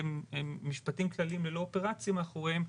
הם משפטים כלליים ללא אופרציה מאחוריהם,